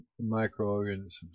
microorganisms